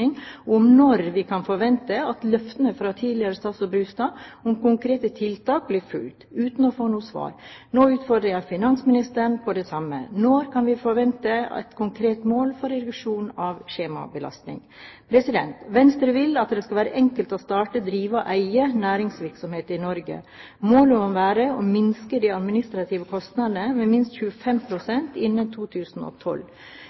og si når vi kan forvente at løftene fra tidligere statsråd Brustad om konkrete tiltak blir oppfylt, uten å få noe svar. Nå utfordrer jeg finansministeren på det samme: Når kan vi forvente et konkret mål for reduksjon av skjemabelastningen? Venstre vil at det skal være enkelt å starte, drive og eie næringsvirksomhet i Norge. Målet må være å minske de administrative kostnadene med minst 25